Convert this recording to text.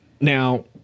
Now